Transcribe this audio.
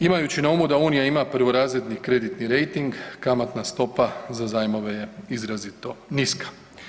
Imajući na umu da Unija ima prvorazredni kreditni rejting kamatna stopa za zajmove je izrazito niska.